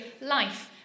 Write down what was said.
life